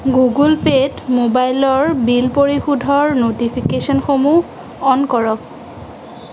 Google পে'ত ম'বাইলৰ bill পৰিশোধৰ ন'টিফিকেশ্যনসমূহ অ'ন কৰক